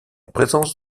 présence